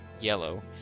yellow